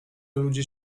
ludzie